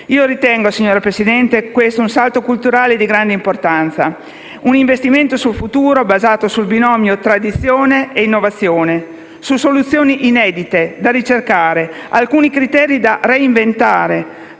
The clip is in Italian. Ritengo, signora Presidente, che questo sia un salto culturale di grande importanza, un investimento sul futuro basato sul binomio di tradizione e innovazione, su soluzioni inedite da ricercare, con alcuni criteri da reinventare